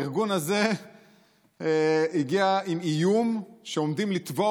הארגון הזה הגיע עם איום שעומדים לתבוע